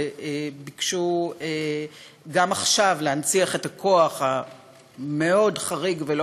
וביקשו גם עכשיו להנציח את הכוח המאוד-חריג ולא